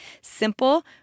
Simple